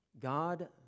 God